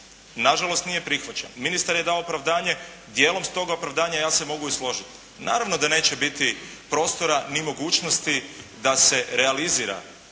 Nažalost, nije prihvaćen. Ministar je dao opravdanje. Dijelom s tog opravdanja ja se mogu i složiti. Naravno da neće biti prostora ni mogućnosti da se realizira